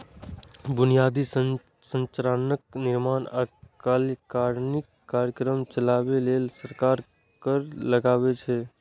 बुनियादी संरचनाक निर्माण आ कल्याणकारी कार्यक्रम चलाबै लेल सरकार कर लगाबै छै